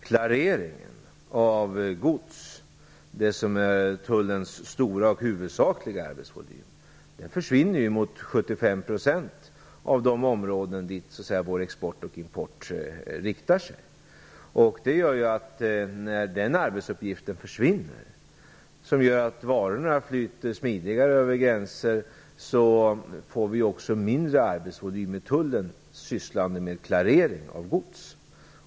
Klareringen av gods, det som är Tullens stora och huvudsakliga arbetsuppgift, försvinner mot 75 % av de områden som vår export och import riktar sig. När den arbetsuppgiften försvinner och varorna flyter smidigare över gränserna får vi också en mindre arbetsvolym hos Tullen där man sysslar med klarering av gods.